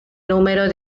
número